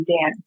Dan